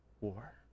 war